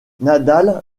nadal